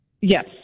Yes